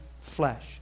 Flesh